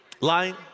Lying